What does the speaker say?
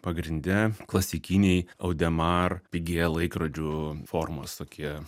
pagrinde klasikiniai audemar pigia laikrodžių formos tokie